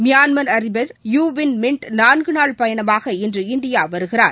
Myanmar அதிபர் U Win Myint நான்கு நாள் பயணமாக இன்று இந்தியா வருகிறார்